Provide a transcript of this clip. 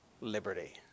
liberty